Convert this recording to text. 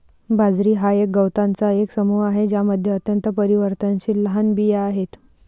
बाजरी हा गवतांचा एक समूह आहे ज्यामध्ये अत्यंत परिवर्तनशील लहान बिया आहेत